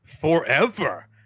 forever